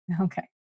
Okay